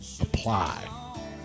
apply